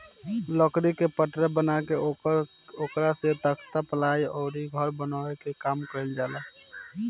लकड़ी के पटरा बना के ओकरा से तख्ता, पालाइ अउरी घर बनावे के काम कईल जाला